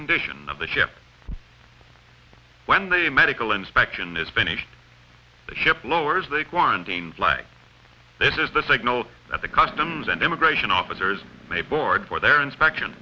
condition of the ship when the medical inspection is finished the ship lowers their one game this is the signal that the customs and immigration officers may board for their inspection